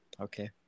Okay